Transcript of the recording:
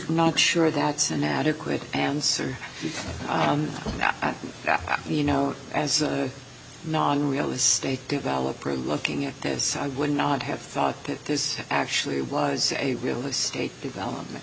not sure that's an adequate answer you know as non real estate developer i'm looking at this would not have thought that this actually was a real estate development